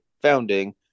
Founding